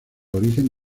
origen